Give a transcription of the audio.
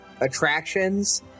attractions